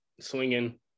swinging